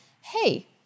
hey